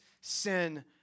sin